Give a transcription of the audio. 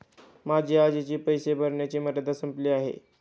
माझी आजची पैसे भरण्याची मर्यादा संपली आहे